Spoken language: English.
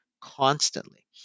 constantly